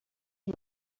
you